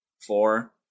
four